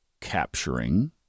capturing